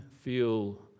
feel